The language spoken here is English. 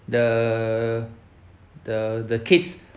the the the kids